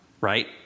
Right